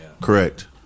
Correct